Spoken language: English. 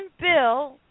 bill